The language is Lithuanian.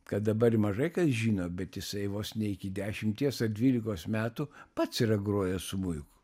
kad dabar mažai kas žino bet jisai vos ne iki dešimties ar dvylikos metų pats yra grojęs smuiku